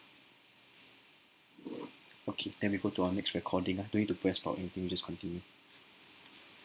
okay then we go to our next recording ah no need to press stop and then you just continue